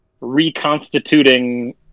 reconstituting